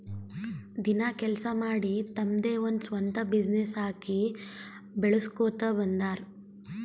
ದಿನ ಕೆಲ್ಸಾ ಮಾಡಿ ತಮ್ದೆ ಒಂದ್ ಸ್ವಂತ ಬಿಸಿನ್ನೆಸ್ ಹಾಕಿ ಬೆಳುಸ್ಕೋತಾ ಬಂದಾರ್